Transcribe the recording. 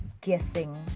guessing